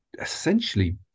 essentially